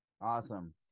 Awesome